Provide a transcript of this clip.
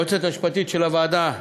ליועצת המשפטית של הוועדה,